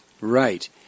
Right